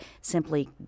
Simply